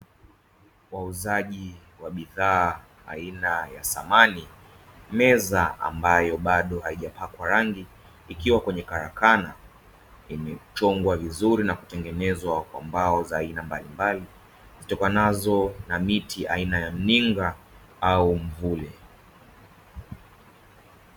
Wauzaji wa bidhaa aina ya samani (meza) ambayo bado haijapakwa rangi, ikiwa kwenye karakana imechongwa vizuri na kutengenezwa kwa mbao za aina mbalimbali zitokanazo na miti aina ya mninga au mvule.